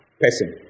person